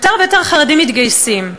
יותר ויותר חרדים מתגייסים.